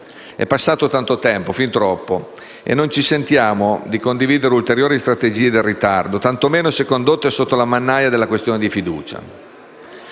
È passato tanto tempo, fin troppo, e non ci sentiamo di condividere ulteriori strategie del ritardo, tantomeno se condotte sotto la mannaia della questione di fiducia.